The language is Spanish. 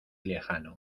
lejano